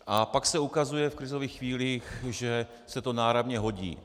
A pak se ukazuje v krizových chvílích, že se to náramně hodí.